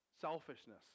selfishness